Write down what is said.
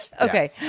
Okay